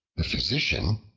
the physician,